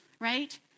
right